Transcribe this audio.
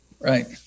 Right